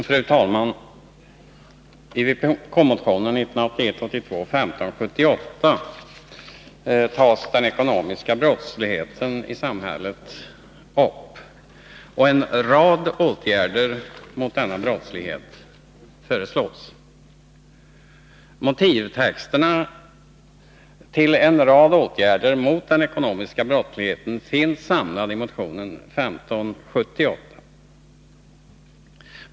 Fru talman! I vpk-motionen 1981/82:1578 tas den ekonomiska brottsligheten i samhället upp, och en rad åtgärder mot denna brottslighet föreslås. Motivtexten till en rad åtgärder mot den ekonomiska brottsligheten finns samlade i motion 1578.